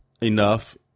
enough